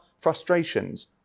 frustrations